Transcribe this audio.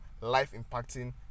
life-impacting